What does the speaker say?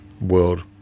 world